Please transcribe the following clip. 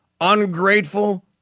ungrateful